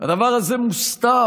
הדבר הזה מוסתר